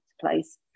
place